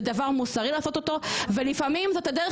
זה דבר מוסרי לעשות אותו ולפעמים זאת הדרך